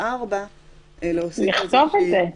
4 להוסיף איזושהי --- נכתוב את זה.